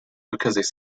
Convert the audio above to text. because